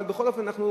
אבל בכל אופן,